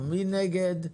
מי נגד?